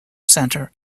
centre